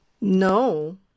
No